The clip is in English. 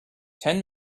ten